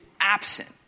absent